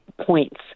points